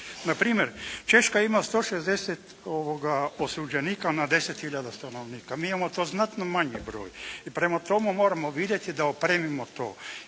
Na primjer, Češka ima 160 osuđenika na 10 hiljada stanovnika. Mi imamo tu znatno manji broj. I prema tome, moramo vidjeti da opremimo to.